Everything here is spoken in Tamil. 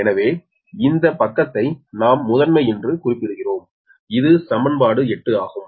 எனவே இந்த பக்கத்தை நாம் முதன்மை என்று குறிப்பிடுகிறோம் இது சமன்பாடு 8 ஆகும்